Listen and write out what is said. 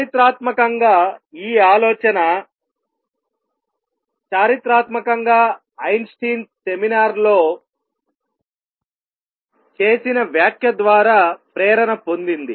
చారిత్రాత్మకంగా ఈ ఆలోచన చారిత్రాత్మకంగా ఐన్స్టీన్ సెమినార్లో చేసిన వ్యాఖ్య ద్వారా ప్రేరణ పొందింది